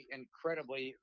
incredibly